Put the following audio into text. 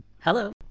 Hello